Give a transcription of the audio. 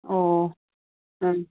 ꯑꯣ ꯑꯥ